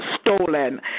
stolen